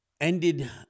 ended